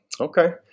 Okay